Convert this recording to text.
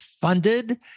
funded